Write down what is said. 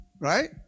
Right